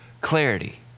clarity